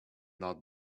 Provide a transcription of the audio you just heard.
not